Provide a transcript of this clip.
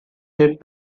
said